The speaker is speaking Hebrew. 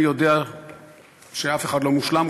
אני יודע שאף אחד לא מושלם,